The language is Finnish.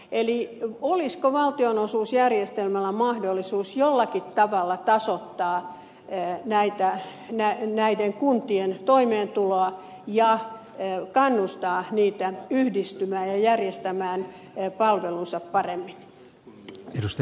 olisiko valtionosuusjärjestelmällä mahdollisuus jollakin tavalla tasoittaa näiden kuntien toimeentuloa ja kannustaa niitä yhdistymään ja järjestämään palvelunsa paremmin